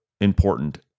important